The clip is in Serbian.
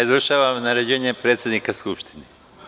Izvršavam naređenje predsednika Skupštine.